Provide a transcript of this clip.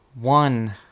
One